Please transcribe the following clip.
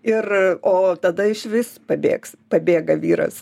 ir o tada išvis pabėgs pabėga vyras